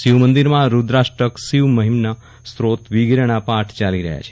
શિવમંદિરમાં રૂદ્રાષ્ટક શિવ મહિમ્ન સ્રોત વિગેરેના પાઠ ચાલી રહ્યા છે